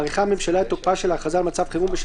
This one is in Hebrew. מאריכה הממשלה את תוקפה של ההכרזה על מצב חירום בשל